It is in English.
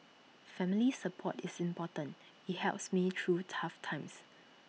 family support is important IT helps me through tough times